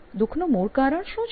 દુખનું મૂળ કારણ શું છે